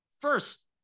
first